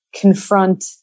confront